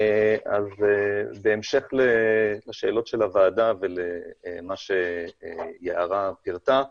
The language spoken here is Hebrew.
בהמשך לשאלות של הוועדה ולמה שיערה פירטה,